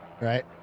Right